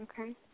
Okay